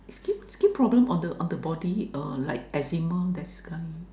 tricking tricking problem on the on the body uh like eczema that's kind